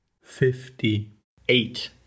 fifty-eight